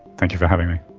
thank you for having me.